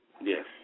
Yes